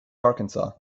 arkansas